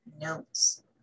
notes